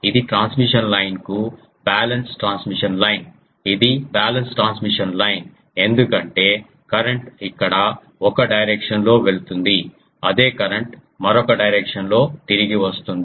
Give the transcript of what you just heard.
ఇది transmission line కు balance transmission line ఇది బ్యాలెన్స్ ట్రాన్స్మిషన్ లైన్ ఎందుకంటే కరెంట్ ఇక్కడ ఒక డైరెక్షన్ లో వెళుతుంది అదే కరెంట్ మరొక డైరెక్షన్ లో తిరిగి వస్తుంది